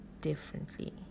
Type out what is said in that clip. differently